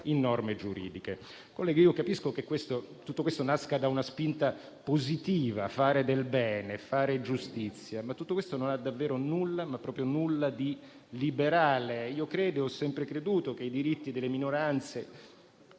in norme giuridiche. Colleghi, capisco che questo tutto questo nasca da una spinta positiva volta a fare del bene, a fare giustizia. Tutto questo però non ha davvero nulla, ma proprio nulla, di liberale. Credo e ho sempre creduto che i diritti delle minoranze